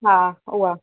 हा उहा